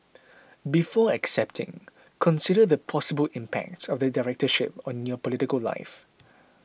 before accepting consider the possible impact of the Directorship on your political life